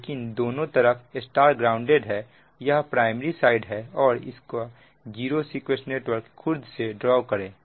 लेकिन दोनों तरफ Y ग्राउंडेड है यह प्राइमरी साइड है और इनका जीरो सीक्वेंस नेटवर्क खुद से ड्रॉ करें